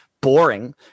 boring